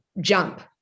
jump